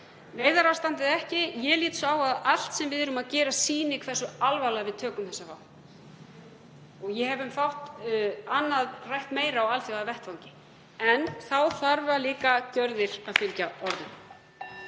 Neyðarástand eða ekki, ég lít svo á að allt sem við erum að gera sýni hversu alvarlega við tökum þessa vá. Ég hef um fátt annað rætt meira á alþjóðavettvangi. En þá þurfa gjörðir líka að fylgja orðum.